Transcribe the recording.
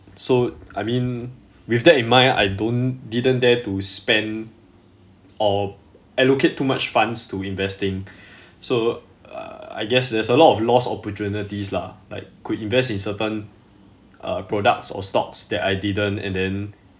so I mean with that in mind I don't didn't dare to spend or allocate too much funds to investing so uh I guess there's a lot of lost opportunities lah like could invest in certain uh products or stocks that I didn't and then